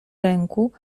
ręku